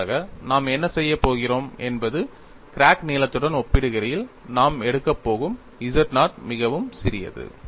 அதற்காக நாம் என்ன செய்யப் போகிறோம் என்பது கிராக் நீளத்துடன் ஒப்பிடுகையில் நாம் எடுக்கப் போகும் z0 மிகவும் சிறியது